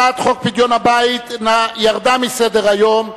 הצעת חוק פדיון הבית ירדה מסדר-היום,